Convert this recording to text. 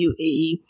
UAE